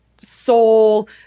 soul –